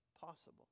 possible